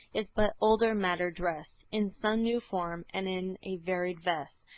is but older matter dressed in some new form. and in a varied vest,